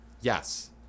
Yes